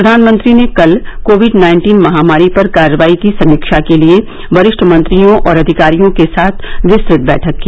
प्रधानमंत्री ने कल कोविड नाइन्टीन महामारी पर कार्रवाई की समीक्षा के लिए वरिष्ठ मंत्रियों और अधिकारियों के साथ विस्तृत बैठक की